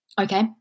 Okay